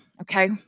Okay